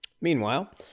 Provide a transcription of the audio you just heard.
Meanwhile